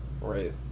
right